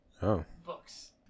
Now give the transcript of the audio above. books